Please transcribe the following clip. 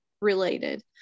related